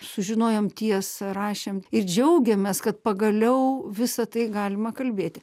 sužinojom tiesą rašėm ir džiaugiamės kad pagaliau visa tai galima kalbėti